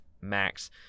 max